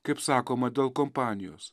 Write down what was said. kaip sakoma dėl kompanijos